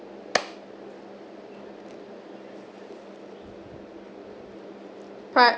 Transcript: part